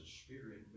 spirit